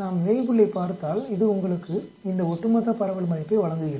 நாம் வேய்புல்லைப் பார்த்தால் இது உங்களுக்கு இந்த ஒட்டுமொத்த பரவல் மதிப்பை வழங்குகிறது